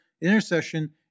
intercession